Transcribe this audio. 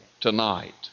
tonight